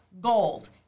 gold